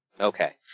okay